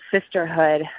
sisterhood